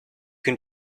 can